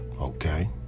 Okay